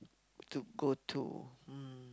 to go to hmm